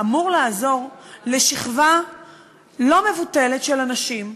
אמור לעזור לשכבה לא מבוטלת של אנשים,